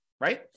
right